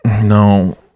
No